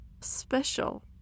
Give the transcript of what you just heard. special